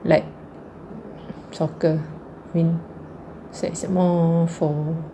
like soccer when that is more for